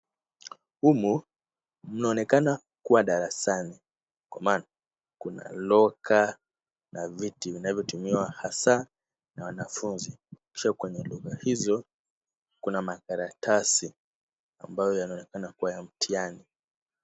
Humu inaonekana kuwa darasani kwa maana kuna locker na viti vinavyotumiwa hasa na wanafunzi. Kisha kwenye locker hizo kuna karatasi ambazo zaonekana kuwa za mtihani.